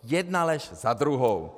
Jedna lež za druhou.